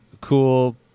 cool